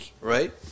right